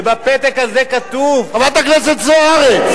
ובפתק הזה כתוב, למה אתם מטרפדים את